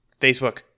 Facebook